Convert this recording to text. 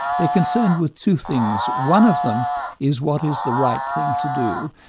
they're concerned with two things. one of them is what is the right thing to do,